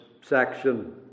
section